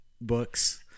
books